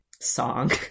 song